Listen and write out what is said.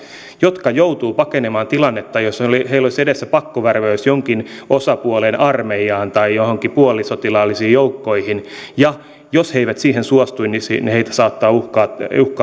jotka joutuvat pakenemaan tilannetta jossa heillä olisi edessä pakkovärväys jonkin osapuolen armeijaan tai johonkin puolisotilaallisiin joukkoihin ja jos he eivät siihen suostu niin heitä saattaa uhata